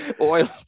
Oil